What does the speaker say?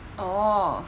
oh